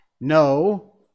No